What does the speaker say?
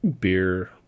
beer